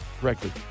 correctly